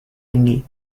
tinggi